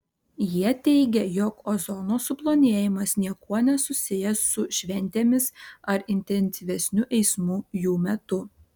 jie teigia jog ozono suplonėjimas niekuo nesusijęs su šventėmis ar intensyvesniu eismu jų metu